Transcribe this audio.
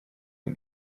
нам